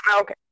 Okay